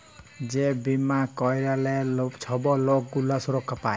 যে বীমা ক্যইরলে ছব লক গুলা সুরক্ষা পায়